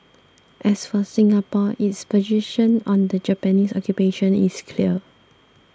as for Singapore its position on the Japanese occupation is clear